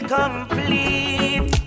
complete